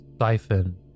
siphon